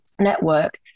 network